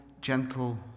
gentle